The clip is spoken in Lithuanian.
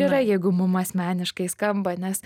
yra jeigu mum asmeniškai skamba nes